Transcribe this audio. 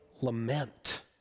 lament